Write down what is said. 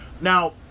now